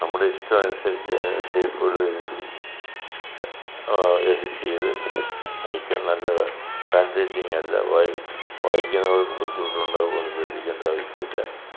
നമ്മുടെ ഇഷ്ടം അനുസരിച്ച് അതിന് ഷേപ്പുകൾ വരുത്തി എഡിറ്റ് ചെയ്ത് ഏറ്റവും നല്ല ഹാൻഡ്റൈറ്റിംഗ് അല്ല വായിക്കുന്നവർക്ക് ബുദ്ധിമുട്ടുണ്ടാവുമോ എന്ന് പേടിക്കേണ്ട ആവശ്യമില്ല